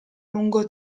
lungo